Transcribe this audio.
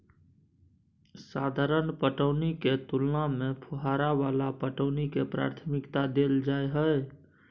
साधारण पटौनी के तुलना में फुहारा वाला पटौनी के प्राथमिकता दैल जाय हय